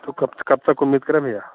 तो कब तो कब तक उम्मीद करें भैया